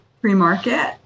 pre-market